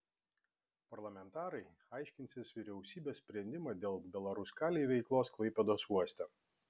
parlamentarai aiškinsis vyriausybės sprendimą dėl belaruskalij veiklos klaipėdos uoste